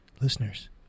listeners